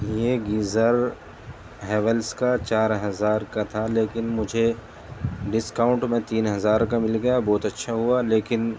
یہ گیزر ہیولس کا چار ہزار کا تھا لیکن مجھے ڈسکاؤنٹ میں تین ہزار کا مل گیا بہت اچھا ہوا لیکن